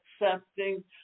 accepting